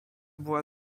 była